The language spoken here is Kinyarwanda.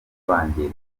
banjye